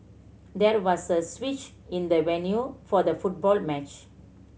there was a switch in the venue for the football match